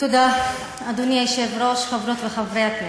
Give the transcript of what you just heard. אדוני היושב-ראש, תודה, חברות וחברי הכנסת,